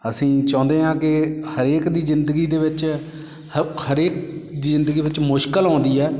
ਅਸੀਂ ਚਾਹੁੰਦੇ ਹਾਂ ਕਿ ਹਰੇਕ ਦੀ ਜ਼ਿੰਦਗੀ ਦੇ ਵਿੱਚ ਹ ਹਰੇਕ ਦੀ ਜ਼ਿੰਦਗੀ ਵਿੱਚ ਮੁਸ਼ਕਲ ਆਉਂਦੀ ਹੈ